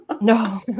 no